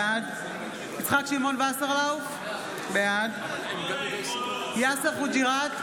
בעד יצחק שמעון וסרלאוף, בעד יאסר חוג'יראת,